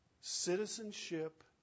Citizenship